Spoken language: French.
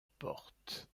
porte